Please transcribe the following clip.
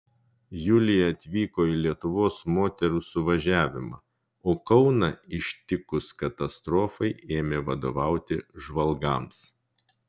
julija atvyko į lietuvos moterų suvažiavimą o kauną ištikus katastrofai ėmė vadovauti žvalgams